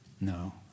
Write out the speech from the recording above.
No